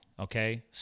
Okay